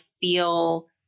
feel